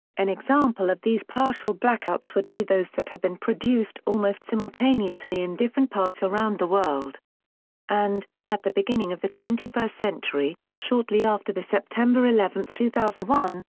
an example of these partial blackouts would be those that have been produced almost simultaneously in different parts around the world and, at the beginning of the twenty first century, shortly after the september eleven, two thousand and one,